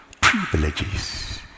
privileges